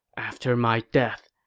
after my death,